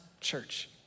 church